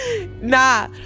Nah